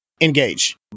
engage